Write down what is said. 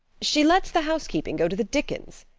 she lets the housekeeping go to the dickens.